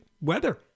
weather